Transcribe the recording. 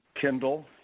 Kindle